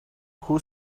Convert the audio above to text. who